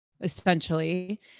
Essentially